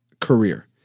career